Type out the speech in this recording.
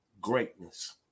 greatness